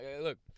Look